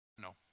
No